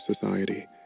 society